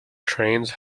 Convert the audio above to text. trains